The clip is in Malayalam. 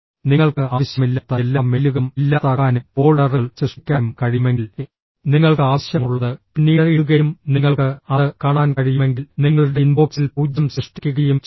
നിങ്ങൾക്ക് ആവശ്യമില്ലാത്ത എല്ലാ മെയിലുകളും ഇല്ലാതാക്കാനും ഫോൾഡറുകൾ സൃഷ്ടിക്കാനും കഴിയുമെങ്കിൽ നിങ്ങൾക്ക് ആവശ്യമുള്ളത് പിന്നീട് ഇടുകയും നിങ്ങൾക്ക് അത് കാണാൻ കഴിയുമെങ്കിൽ നിങ്ങളുടെ ഇൻബോക്സിൽ 0 സൃഷ്ടിക്കുകയും ചെയ്യുക